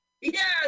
Yes